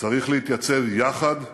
צריך להתייצב יחד,